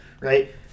right